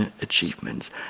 achievements